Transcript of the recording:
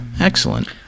Excellent